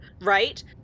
right